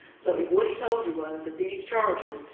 so if what he told you was that these charges,